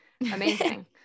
Amazing